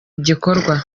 igikorwa